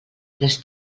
les